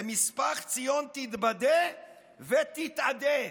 בְּמִשְׂפָּח ציון תתבדה ותתאדה.